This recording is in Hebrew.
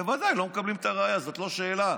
בוודאי לא מקבלים את הראיה הזאת, זאת לא שאלה.